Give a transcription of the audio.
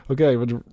Okay